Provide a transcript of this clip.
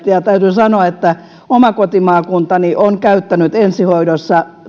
ja täytyy sanoa että oma kotimaakuntani on käyttänyt ensihoidossa